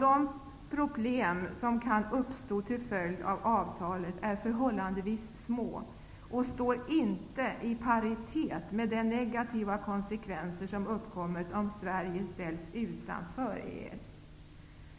De problem som kan uppstå till följd av avtalet är förhållandevis små och står inte i paritet med de negativa konsekvenser som uppkommer om Sverige ställs utanför EES.